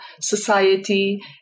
society